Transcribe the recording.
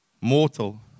mortal